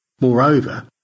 Moreover